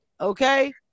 Okay